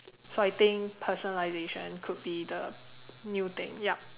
so I think personalisation could be the new thing yup